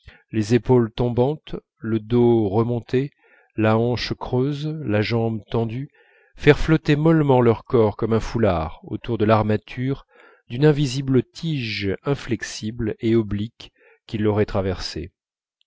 les épaules tombantes le dos remonté la hanche creuse la jambe tendue faire flotter mollement leur corps comme un foulard autour de l'armature d'une invisible tige inflexible et oblique qui l'aurait traversé